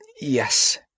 Yes